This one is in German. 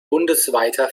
bundesweiter